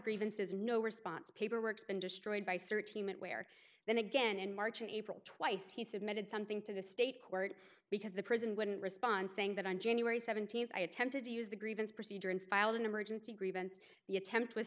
grievances no response paperworks been destroyed by search team and where then again in march and april twice he submitted something to the state court because the prison wouldn't respond saying that on january seventeenth i attempted to use the grievance procedure and filed an emergency grievance the attempt was